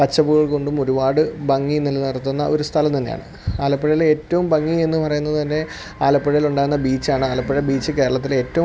പച്ചപ്പുകൾ കൊണ്ടും ഒരുപാട് ഭംഗി നിലനിർത്തുന്ന ഒരു സ്ഥലം തന്നെയാണ് ആലപ്പുഴയിലെ ഏറ്റവും ഭംഗി എന്ന് പറയുന്നത് തന്നെ ആലപ്പുഴയിലൊണ്ടായിരുന്ന ബീച്ചാണ് ആലപ്പുഴ ബീച്ച് കേരളത്തിലെ ഏറ്റവും